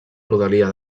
rodalia